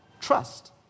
trust